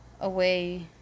away